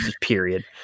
period